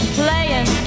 playing